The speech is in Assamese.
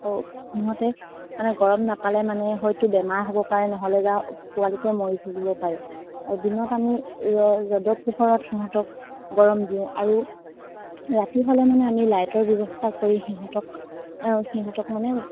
সিহঁতে মানে গৰম নাপালে মানে হয়তো বেমাৰ হ'ব পাৰে নহ'লে যা পোৱালিতে মৰি থাকিব পাৰে আৰু দিনত আমি ৰ'দৰ পোহৰত সিহঁতক গৰম দিওঁ আৰু ৰাতি হ'লে মানে আমি লাইটৰ ব্যৱস্থা কৰি সিহঁতক সিহঁতক মানে